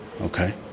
Okay